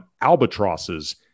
albatrosses